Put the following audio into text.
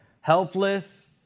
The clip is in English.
helpless